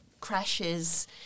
crashes